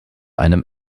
einem